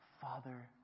Father